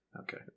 Okay